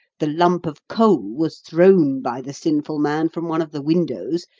the lump of coal was thrown by the sinful man from one of the windows,